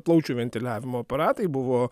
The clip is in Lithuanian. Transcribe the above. plaučių ventiliavimo aparatai buvo